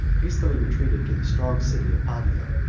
hastily retreated to the strong city of pavia,